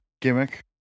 gimmick